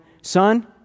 Son